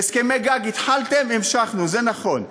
הסכמי גג, התחלתם, המשכנו, זה נכון.